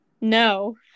no